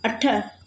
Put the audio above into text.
अठ